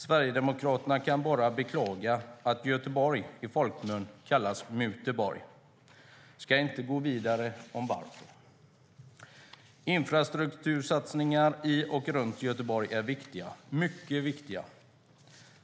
Sverigedemokraterna kan bara beklaga att Göteborg i folkmun kallas Muteborg - jag ska inte gå vidare in på varför. Infrastruktursatsningar i och runt Göteborg är mycket viktiga.